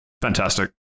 fantastic